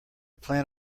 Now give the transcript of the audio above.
plan